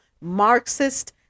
marxist